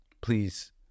please